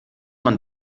man